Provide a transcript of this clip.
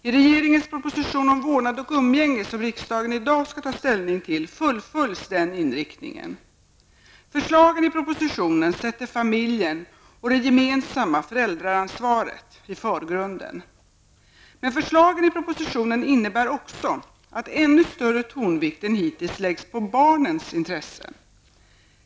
I regeringens proposition om vårdnad och umgänge, som riksdagen i dag skall ta ställning till, fullföljs den inriktningen. Förslagen i propositionen sätter familjen och det gemensamma föräldraansvaret i förgrunden. Men förslagen i propositionen innebär också att ännu större tonvikt än hittills läggs på barnens intressen.